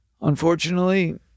Unfortunately